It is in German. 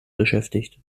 beschäftigt